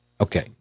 Okay